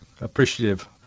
appreciative